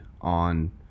on